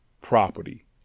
property